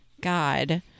God